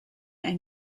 ein